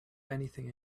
anything